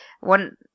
One